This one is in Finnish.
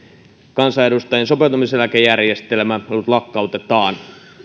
kansanedustajien sopeutumiseläkejärjestelmä nyt lakkautetaan